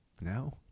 No